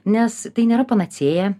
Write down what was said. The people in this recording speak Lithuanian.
nes tai nėra panacėja